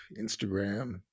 instagram